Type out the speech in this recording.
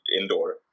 indoor